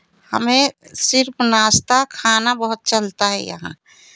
हमें सिर्फ नाश्ता खाना बहुत चलता है यहाँ